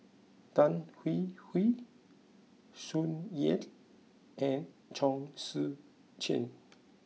Tan Hwee Hwee Tsung Yeh and Chong Tze Chien